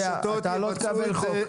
אתה לא תקבל חוק.